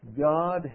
God